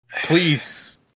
Please